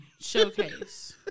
showcase